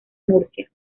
murcia